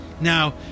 now